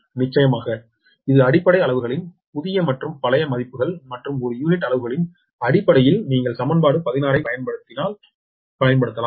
நிச்சயமாக இது அடிப்படை அளவுகளின் புதிய மற்றும் பழைய மதிப்புகள் மற்றும் ஒரு யூனிட் அளவுகளின் அடிப்படையில் நீங்கள் சமன்பாடு 16 ஐப் பயன்படுத்தலாம்